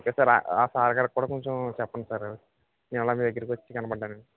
okay sir ఆ సాయిగారికి కూడా కొంచెం చెప్పండి సార్ ఇలా మీ దగ్గరకి వచ్చి కనపడ్డానని